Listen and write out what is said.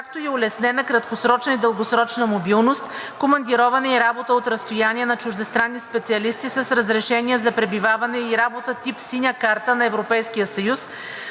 както и улеснена краткосрочна и дългосрочна мобилност, командироване и работа от разстояние на чуждестранни специалисти с разрешение за пребиваване и работа тип „Синя карта на Европейския съюз“,